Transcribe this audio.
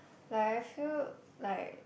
like I feel like